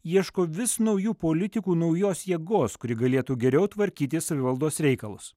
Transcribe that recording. ieško vis naujų politikų naujos jėgos kuri galėtų geriau tvarkyti savivaldos reikalus